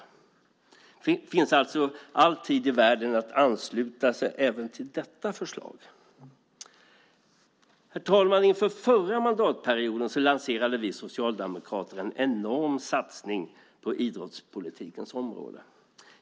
Det finns all tid i världen att ansluta sig även till detta förslag. Herr talman! Inför den förra mandatperioden lanserade vi socialdemokrater en enorm satsning på idrottspolitikens område.